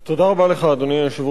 אדוני היושב-ראש,